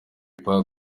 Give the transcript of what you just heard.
pac